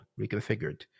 Reconfigured